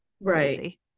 Right